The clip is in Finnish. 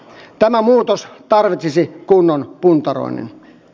tämä muutos tarvitsisi kunnon puntaroinnin